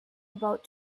about